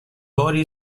باری